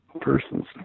person's